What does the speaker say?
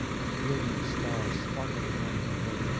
a brilliant star sparkles upon her head,